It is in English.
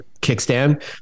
kickstand